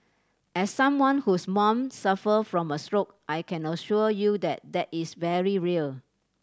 as someone whose mom suffered from a stroke I can assure you that that is very real